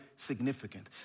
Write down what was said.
Significant